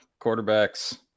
quarterbacks